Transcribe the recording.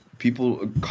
People